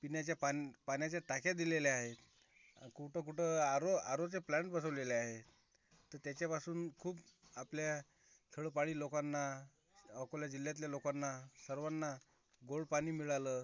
पिण्याच्या पान पाण्याच्या टाक्या दिलेल्या आहेत कुठं कुठं आरो आरोचे प्लॅन बनवलेले आहे तर त्याच्यापासून खूप आपल्या खेडोपाडी लोकांना अकोला जिल्ह्यातल्या लोकांना सर्वांना गोड पाणी मिळालं